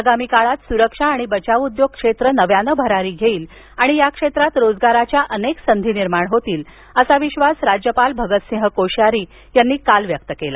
आगामी काळात सुरक्षा आणि बचाव उद्योग क्षेत्र नव्यानं भरारी घेईल आणि या क्षेत्रात रोजगाराच्या अनेक संधी निर्माण होतील असा विश्वास राज्यपाल भगतसिंह कोश्यारी यांनी काल व्यक्त केला